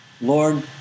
Lord